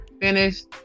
finished